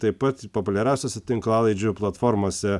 taip pat populiariausiose tinklalaidžių platformose